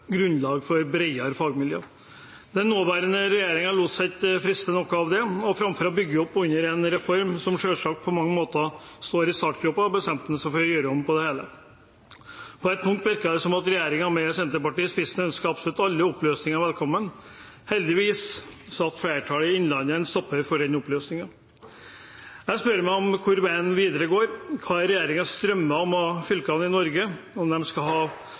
grunnlag for bredere fagmiljøer. Den nåværende regjeringen lot seg ikke friste nok av det, og framfor å bygge oppunder en reform som selvsagt på mange måter står i startgropen, bestemte de seg for å gjøre om på det hele. På et punkt virker det som at regjeringen med Senterpartiet i spissen ønsker absolutt alle oppløsninger velkommen. Heldigvis satt flertallet i Innlandet en stopper for den oppløsningen. Jeg spør meg om hvor veien videre går. Hva er regjeringens drømmer for fylkene i Norge? Skal de med flere og mindre fylker gjøre dem